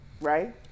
right